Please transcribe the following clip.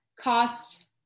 cost